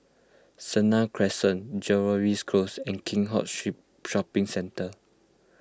Senang Crescent Jervois Close and Keat Hong Street Shopping Centre